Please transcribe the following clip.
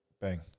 bang